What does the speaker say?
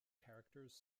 characters